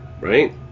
right